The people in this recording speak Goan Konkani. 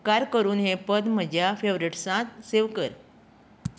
उपकार करून हें पद म्हज्या फेवरेट्सांत सेव कर